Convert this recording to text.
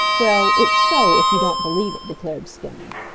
well, it's so, if you don't believe it, declared skimmer.